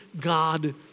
God